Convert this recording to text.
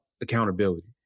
accountability